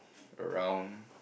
around